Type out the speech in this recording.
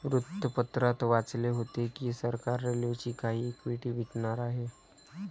वृत्तपत्रात वाचले होते की सरकार रेल्वेची काही इक्विटी विकणार आहे